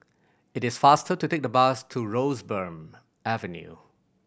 it is faster to take the bus to Roseburn Avenue